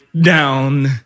down